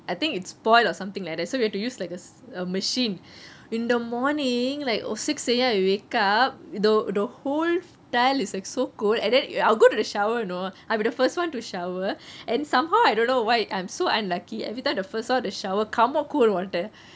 I think it's spoilt or something like that so you have to use like a uh machine in the morning like oh six am I wake up the the whole tile is like so cold and then I'll go to the shower know I'll be the first one to shower and somehow I don't know why I'm so unlucky everytime the first one to shower come out cold water